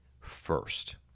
first